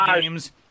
games